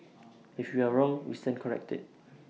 if we are wrong we stand corrected